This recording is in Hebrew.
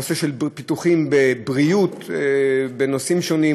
נושא של פיתוחים בבריאות בנושאים שונים,